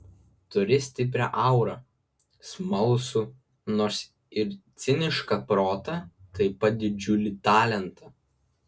turi stiprią aurą smalsų nors ir cinišką protą taip pat didžiulį talentą